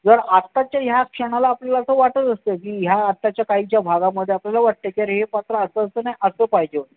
जर आत्ताच्या ह्या क्षणाला आपल्याला असं वाटतं असतं की ह्या आत्ताच्या काही ज्या भागामध्ये आपल्याला वाटते की अरे हे पात्र असं असतं नाही असं पाहिजे होतं